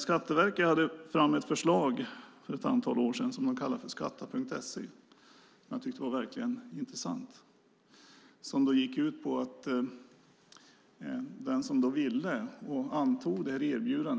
Skatteverket lade för ett antal år sedan fram ett förslag som de kallade skatta.se som verkligen var intressant. Det gick ut på att den som ville och antog